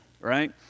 right